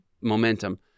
momentum